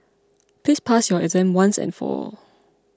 please pass your exam once and for all